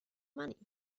money